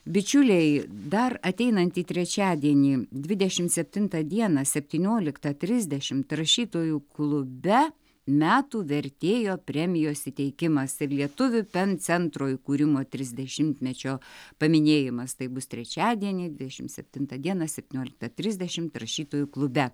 bičiuliai dar ateinantį trečiadienį dvidešimt septintą dieną septynioliktą trisdešimt rašytojų klube metų vertėjo premijos įteikimas ir lietuvių pen centro įkūrimo trisdešimtmečio paminėjimas tai bus trečiadienį dvidešimt septintą dieną septyniolika trisdešimt rašytojų klube